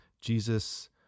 Jesus